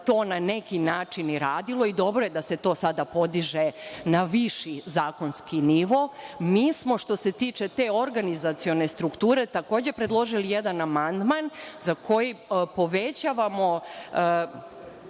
se to ne neki način i radilo i dobro je da se to sada podiže na viši zakonski nivo. Mi smo što se tiče te organizacione strukture, takođe predložili jedan amandman za koji povećavamo